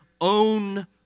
own